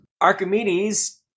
Archimedes